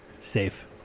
Safe